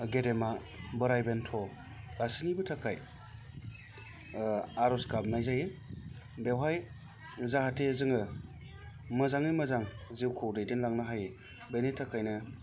गेदेमा बेराइ बेन्थ' गासैनिबो थाखाय आर'ज गाबनाय जायो बेवहाय जाहाते जोङो मोजाङै मोजां जिउखौ दैदेनलांनो हायो बेनि थाखायनो